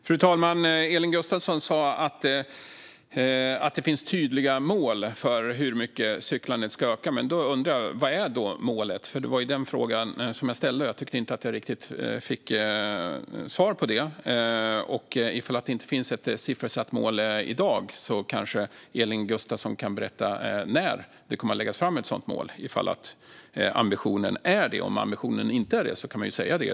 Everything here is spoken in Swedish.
Fru talman! Elin Gustafsson sa att det finns ett tydligt mål för hur mycket cyklandet ska öka. Jag undrar då vilket målet är. Det var den frågan jag ställde, och jag tycker inte att jag riktigt fick svar på den. Ifall det inte finns ett siffersatt mål i dag men det finns en sådan ambition kanske Elin Gustafsson kan berätta när det kommer att läggas fram ett förslag om ett sådant mål. Om den ambitionen inte finns kan hon säga det.